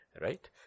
right